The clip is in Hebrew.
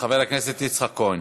חבר הכנסת יצחק כהן.